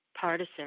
partisan